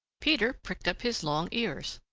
peter pricked up his long ears.